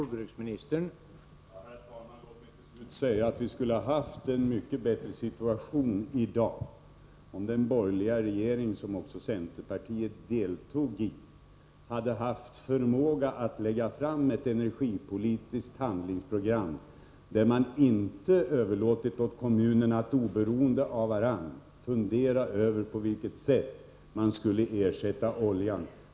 Herr talman! Låt mig till slut säga att vi skulle ha varit i en bättre situation i dag om den borgerliga regeringen, som också centerpartiet deltog i, hade haft förmågan att lägga fram ett energipolitiskt handlingsprogram och inte överlåtit åt kommunerna att oberoende av varandra fundera över på vilket sätt de skulle ersätta oljan.